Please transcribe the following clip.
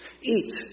eat